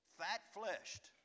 fat-fleshed